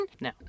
No